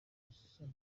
pakisitani